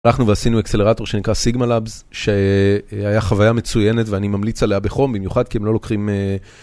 הלכנו ועשינו אקסלרטור שנקרא Sigma Labs שהיה חוויה מצוינת ואני ממליץ עליה בחום במיוחד כי הם לא לוקחים...